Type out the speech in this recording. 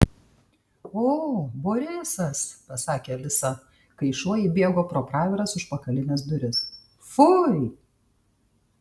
o borisas pasakė alisa kai šuo įbėgo pro praviras užpakalines duris fui